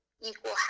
equal